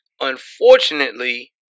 Unfortunately